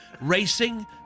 racing